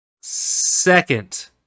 second